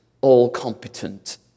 all-competent